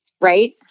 Right